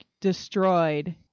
destroyed